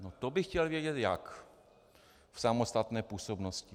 No to bych chtěl vědět jak, v samostatné působnosti.